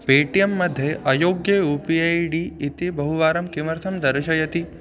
pay T M मध्ये अयोग्यं U P I D इति बहुवारं किमर्थं दर्शयति